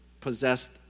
possessed